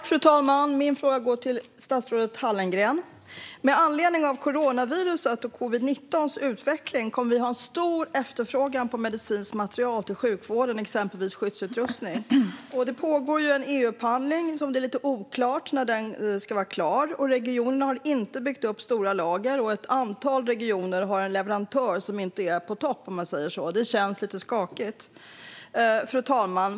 Fru talman! Min fråga går till statsrådet Hallengren. Med anledning av utvecklingen när det gäller coronaviruset och covid19 kommer vi att ha stor efterfrågan på medicinsk materiel till sjukvården, exempelvis skyddsutrustning. Det pågår en EU-upphandling, men det är lite oklart när den ska vara färdig. Regionerna har inte byggt upp stora lager, och ett antal regioner har en leverantör som inte är på topp, om man säger så. Det känns lite skakigt. Fru talman!